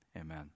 amen